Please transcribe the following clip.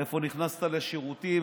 איפה נכנסת לשירותים,